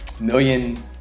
million